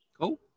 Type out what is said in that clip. Cool